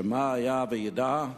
למה היתה הוועידה?